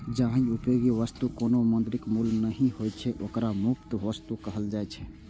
जाहि उपयोगी वस्तुक कोनो मौद्रिक मूल्य नहि होइ छै, ओकरा मुफ्त वस्तु कहल जाइ छै